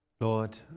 Lord